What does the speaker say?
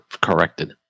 corrected